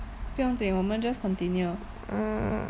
不用紧我们 just continue